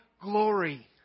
glory